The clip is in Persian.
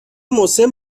مسن